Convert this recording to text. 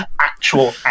actual